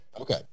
Okay